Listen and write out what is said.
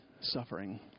suffering